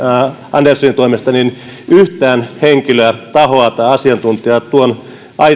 anderssonin toimesta yhtään henkilöä tahoa tai asiantuntijaa tuon